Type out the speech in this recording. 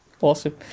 Awesome